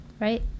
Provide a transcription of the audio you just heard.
right